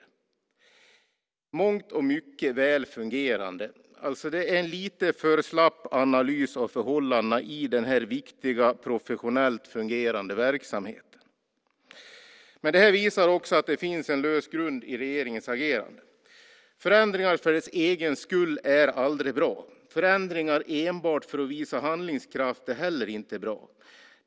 "I mångt och mycket väl fungerande" är en lite för slapp analys av förhållandena i denna viktiga, professionellt fungerande verksamhet. Det här visar också att det finns en lös grund för regeringens agerande. Förändringar för deras egen skull är aldrig bra. Förändringar enbart för att visa handlingskraft är heller inte bra.